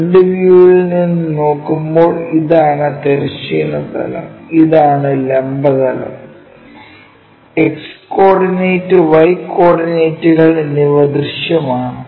top വ്യൂവിൽ നിന്ന് നോക്കുമ്പോൾ ഇതാണ് തിരശ്ചീന തലം ഇതാണ് ലംബ തലം X കോർഡിനേറ്റ് Y കോർഡിനേറ്റുകൾ എന്നിവ ദൃശ്യമാണ്